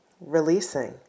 releasing